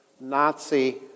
Nazi